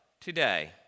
today